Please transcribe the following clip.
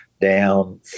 down